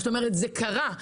זה קרה.